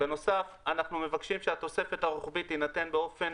בנוסף אנחנו מבקשים שהתוספת הרוחבית תינתן באופן